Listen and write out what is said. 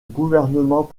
gouvernement